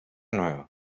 nuevo